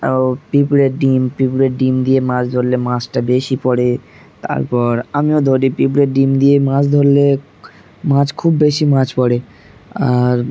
ও পিঁপড়ের ডিম পিঁপড়ের ডিম দিয়ে মাছ ধরলে মাছটা বেশি পড়ে তারপর আমিও ধরি পিঁপড়ের ডিম দিয়ে মাছ ধরলে মাছ খুব বেশি মাছ পড়ে আর